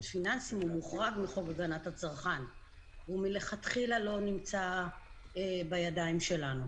פיננסיים מוחרג מחוק הגנת הצרכן ומלכתחילה לא נמצא בידיים שלנו